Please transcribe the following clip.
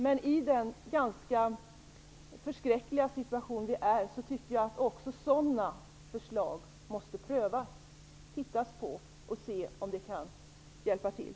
Men i den ganska förskräckliga situation vi är tycker jag att också sådana förslag måste prövas, tittas på, så att vi ser om de kan hjälpa till.